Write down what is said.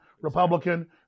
Republican